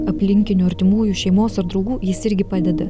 aplinkinių artimųjų šeimos ar draugų jis irgi padeda